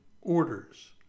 orders